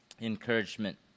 encouragement